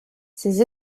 ses